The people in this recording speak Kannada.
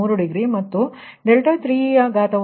15 ಡಿಗ್ರಿ ಮತ್ತು∆V2 ನಿಮಗೆ0